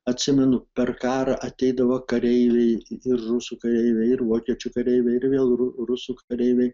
atsimenu per karą ateidavo kareiviai ir rusų kareiviai ir vokiečių kareiviai ir vėl rusų kareiviai